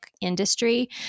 industry